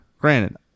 granted